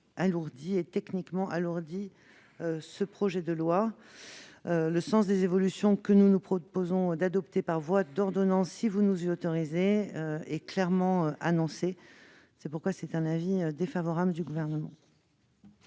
mesures techniques ce projet de loi. Le sens des évolutions que nous nous proposons d'adopter par voie d'ordonnance, si vous nous y autorisez, est clairement annoncé. C'est pourquoi l'avis du Gouvernement